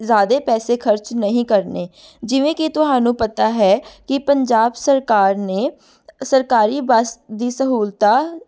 ਜ਼ਿਆਦੇ ਪੈਸੇ ਖਰਚ ਨਹੀਂ ਕਰਨੇ ਜਿਵੇਂ ਕਿ ਤੁਹਾਨੂੰ ਪਤਾ ਹੈ ਕਿ ਪੰਜਾਬ ਸਰਕਾਰ ਨੇ ਸਰਕਾਰੀ ਬੱਸ ਦੀ ਸਹੂਲਤਾਂ